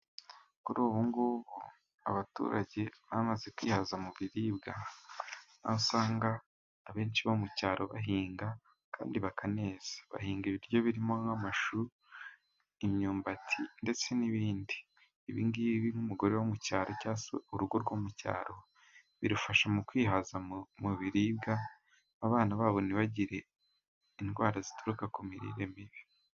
Kuri ubu ngubu, abaturage bamaze kwihaza mu biribwa. Aho usanga abenshi bo mu cyaro bahinga, kandi bakaneza. Bahinga ibiryo birimo nk'amashu, imyumbati, ndetse n'ibindi. Ibi ngibi n'umugore wo mu cyaro, cyangwa se urugo rwo mu cyaro, birufasha mu kwihaza mu biribwa, abana babo ntibagire indwara zituruka ku mirire mibi.